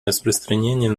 распространение